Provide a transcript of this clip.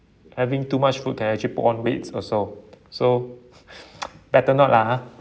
having too much food can actually put on weight also so better not lah !huh!